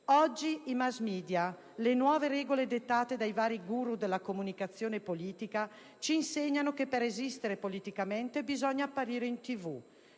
Oggi i *mass-media*, le nuove regole dettate dei vari guru della comunicazione politica, ci insegnano che per esistere politicamente bisogna apparire in